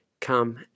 come